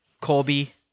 Colby